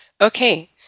Okay